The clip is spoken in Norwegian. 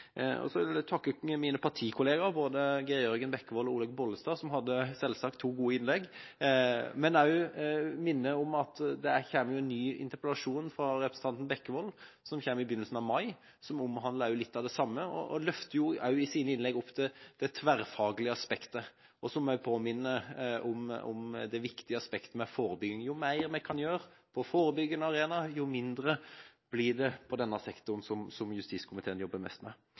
Så vil jeg takke mine partikolleger, både Geir Jørgen Bekkevold og Olaug V. Bollestad, som – selvsagt – hadde to gode innlegg. Jeg vil også minne om at det kommer en interpellasjon fra representanten Bekkevold i begynnelsen av mai som omhandler litt av det samme. De løfter også i sine innlegg opp det tverrfaglige aspektet. Så må jeg minne om det viktige aspektet med forebygging. Jo mer vi kan gjøre for å forebygge på en arena, jo mindre blir det på denne sektoren, som justiskomiteen jobber mest med.